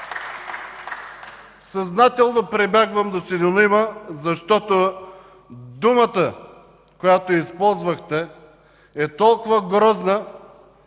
Съзнателно прибягвам до синонима, защото думата, която използвахте, е толкова грозна,